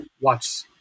watch